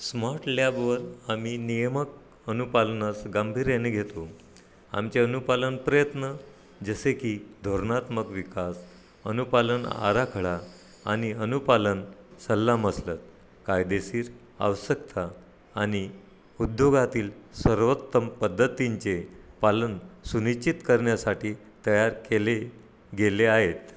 smart लॅबवर आम्ही नियामक अनुपालनास गंभीर्याने घेतो आमचे अनुपालन प्रयत्न जसे की धोरणात्मक विकास अनुपालन आराखडा आणि अनुपालन सल्लामसलत कायदेशीर आवश्यकता आणि उद्योगातील सर्वोत्तम पद्धतींचे पालन सुनिश्चित करण्यासाठी तयार केले गेले आहेत